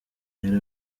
yari